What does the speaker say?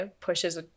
pushes